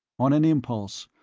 on an impulse,